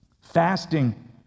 Fasting